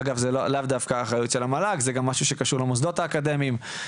זה גם משהו שקשור למוסדות האקדמיים.